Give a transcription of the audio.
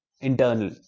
internal